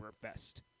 fest